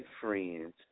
friends